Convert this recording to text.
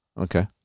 Okay